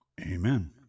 Amen